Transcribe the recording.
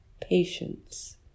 patience